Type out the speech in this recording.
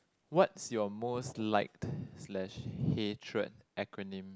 what's your most liked slash hated acronym